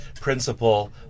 principle